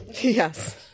Yes